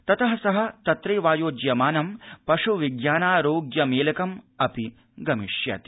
ततः सः तत्रैवायोज्यमानं पश्विज्ञानारोग्य मेलकं गमिष्यति